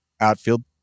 outfield